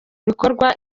bikorwa